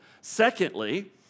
Secondly